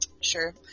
sure